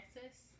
Texas